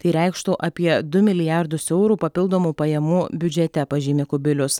tai reikštų apie du milijardus eurų papildomų pajamų biudžete pažymi kubilius